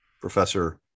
Professor